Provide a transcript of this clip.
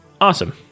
Awesome